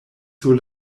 sur